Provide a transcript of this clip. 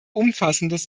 umfassendes